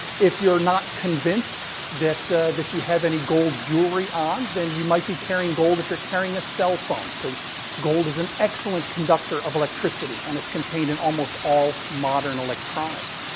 if you're not convinced that that you have any gold jewelry on, then you might be carrying gold if you're carrying a cell phone because gold is an excellent conductor of electricity and it's contained in almost all modern electronics.